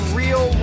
real